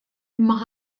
imma